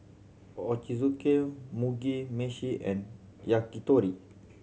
Ochazuke Mugi Meshi and Yakitori